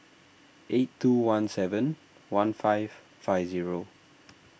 eight two one seven one five five zero